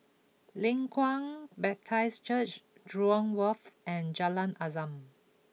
Leng Kwang Baptist Church Jurong Wharf and Jalan Azam